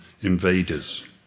invaders